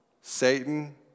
Satan